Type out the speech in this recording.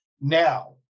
now